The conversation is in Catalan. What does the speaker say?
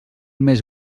més